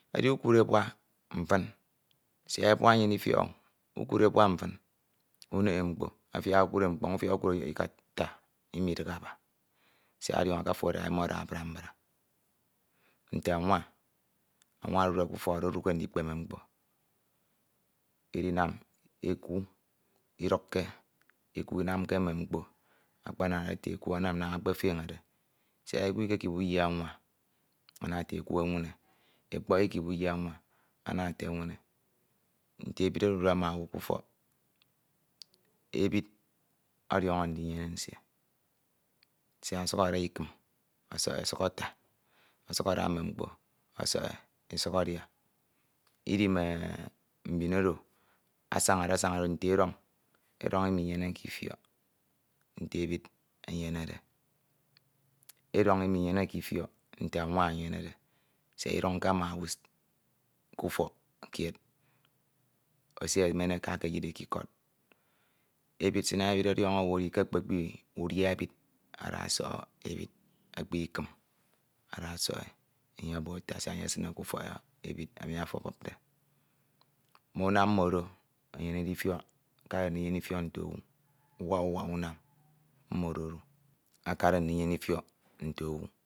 e mkpo, afiak okud mkpọñ ufiak okud ọyohọ ikata imidighe aba siak ọdiọñọke afo ada e ada ada abrambra. Ntie anwa, anwo odude k’ufọk do oduke ndikpeme mkpo idinam eku iduke, eku inamke mme mkpo akpanade nte e iku anam naña eku ekpeteñede siak eku ikekip uyi anwa ana ete eku enwine, ekpọk ikip uyi anwa ana ete enwine. Nte ebid odude ma owu k’ufọk. Ebid ọdiọñọ ndinyene nsie siak ọsuk ada ikim ọsọk ọsuk adia. Edi, idi mme mkporo ọsuk asañade sañade do nte edọñ, edọñ imiñyeneke ifiọk nte ebid enyenede. Edọñ iminyeneke ifiọk nte ebid enyenede siak idioñke ma owu k’fọk kied esi emen e akake eyine k’ikod Ebid s’inam ebid ọdiọñọ owu edike ekpepkpi udia ebid ọsọk e, ekpi ikun ọsọk e siak enye esiñe k’ufọk ebid emi afo abupde. Mme unam mmode enyene ifiọk akade ndinyene ifiok, nte owu mm’uwak ndinyene ifiọk nte owu,